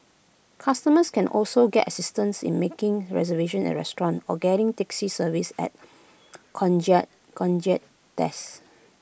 customers can also get assistance in making reservation at A restaurant or getting taxi service at the concierge concierge desk